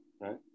Right